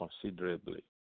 considerably